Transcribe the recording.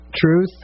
Truth